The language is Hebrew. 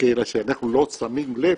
רק שאנחנו לא שמים לב,